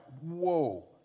whoa